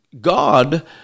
God